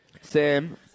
Sam